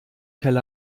tel